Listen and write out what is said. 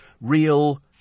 Real